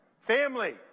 Family